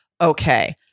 Okay